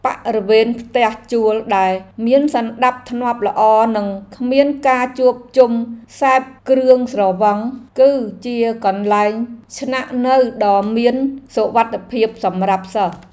បរិវេណផ្ទះជួលដែលមានសណ្តាប់ធ្នាប់ល្អនិងគ្មានការជួបជុំសេពគ្រឿងស្រវឹង គឺជាកន្លែងស្នាក់នៅដ៏មានសុវត្ថិភាពសម្រាប់សិស្ស។